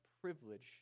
privilege